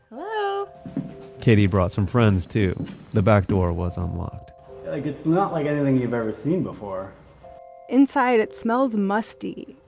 but katie brought some friends too the back door was unlocked like, it's not like anything you've ever seen before inside it smells musty.